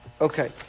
Okay